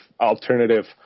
alternative